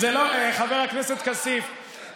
חבר הכנסת כסיף,